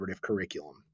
curriculum